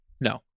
No